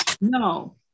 No